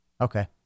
okay